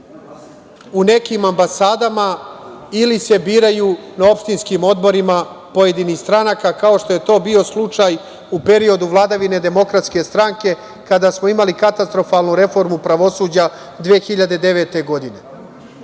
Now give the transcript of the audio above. u nekim ambasadama ili se biraju na opštinskim odborima pojedinih stranaka, kao što je to bio slučaj u periodu vladavine Demokratske stranke, kada smo imali katastrofalnu reformu pravosuđa 2009. godine. Takođe,